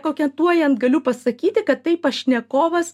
koketuojant galiu pasakyti kad tai pašnekovas